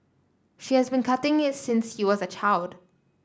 she has been cutting it since he was a child